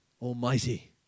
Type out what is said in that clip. Almighty